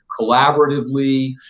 collaboratively